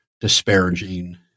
disparaging